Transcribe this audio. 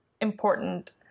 important